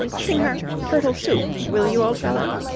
sing her turtle soup, will you, old fellow